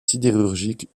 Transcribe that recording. sidérurgiques